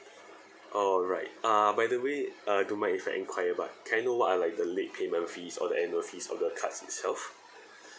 alright uh by the way uh don't mind if I enquire but can I know what are like the late payment fees or the annual fees of the cards itself